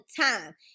time